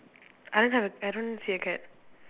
I don't have I don't see a cat